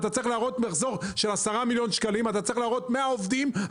אתה צריך להראות מחזור של 10 מיליון ₪ ו-100 עובדים.